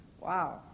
Wow